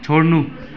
छोड्नु